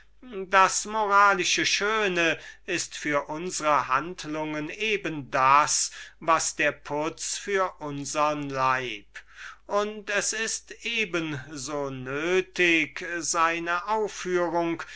das moralische schöne ist für unsre handlungen eben das was der putz für unsern leib und es ist eben so nötig seine aufführung